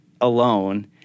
alone